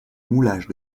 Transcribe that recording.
moulage